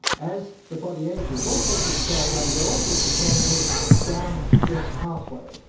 as the body ages, all sorts of cells undergo all sorts of changes down this pathway,